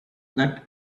that